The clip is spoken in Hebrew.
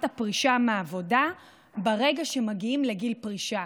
הפרישה מהעבודה ברגע שמגיעים לגיל פרישה.